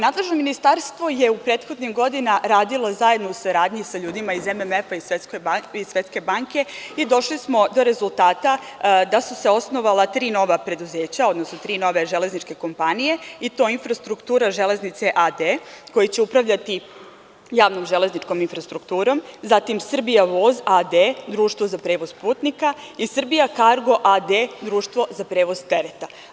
Nadležno ministarstvo je prethodnih godina radilo zajedno u saradnji sa ljudima iz MMF-a i Svetske banke i došli smo do rezultata da su se osnovala tri nova preduzeća, odnosno tri nove železničke kompanije, i to „Infrastruktura železnice“ a.d, koja će upravljati javnom železničkom infrastrukturom, zatim „Srbija voz“ a.d, društvo za prevoz putnika i „Srbija kargo“ a.d, društvo za prevoz tereta.